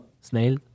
Snail